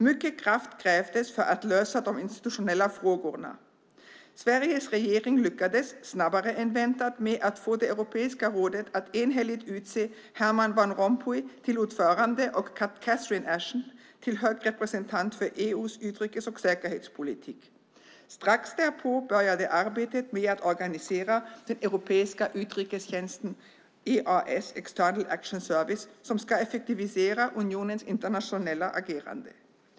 Mycket kraft krävdes för att lösa de institutionella frågorna. Sveriges regering lyckades snabbare än väntat med att få Europeiska rådet att enhälligt utse Herman van Rompuy till ordförande och Catherine Ashton till hög representant för EU:s utrikes och säkerhetspolitik. Strax därpå började arbetet med att organisera den europeiska utrikestjänsten EAS - External Action Service - som ska effektivisera unionens internationella agerande.